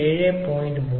97